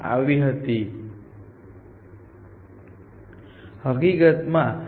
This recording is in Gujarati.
અને તેથી જ્યારે પણ આપણે એકથી ડેપ્થ વધારીશું ત્યારે તમને ઘણા નવા નોડ્સનો સામનો કરવો પડશે